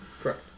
Correct